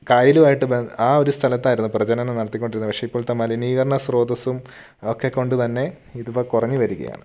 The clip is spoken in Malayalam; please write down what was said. കായലും ആയിട്ട് ആ ഒരു സ്ഥലത്തായിരുന്നു പ്രജനനം നടത്തിക്കൊണ്ടിരുന്നത് പക്ഷേ ഇപ്പോഴത്തെ മലിനീകരണ സ്രോതസ്സും ഒക്കെ കൊണ്ട് തന്നെ ഇത് ഇപ്പോൾ കുറഞ്ഞു വരികയാണ്